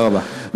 תודה רבה.